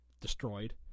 destroyed